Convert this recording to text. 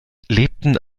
lebten